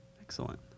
excellent